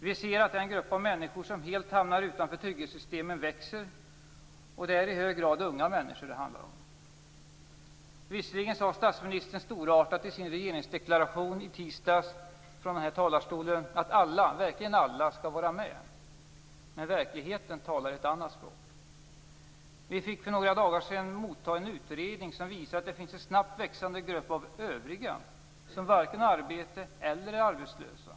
Vi ser att det grupp av människor som helt hamnar utanför trygghetssystemen växer, och det är i hög grad unga människor det handlar om. Visserligen sade statsministern storartat i sin regeringsdeklaration i tisdags från den här talarstolen att alla, verkligen alla, skall vara med. Men verkligheten talar ett annat språk. För några dagar sedan fick vi motta en utredning som visar att det finns en snabbt växande grupp av övriga som varken har arbete eller är arbetslösa.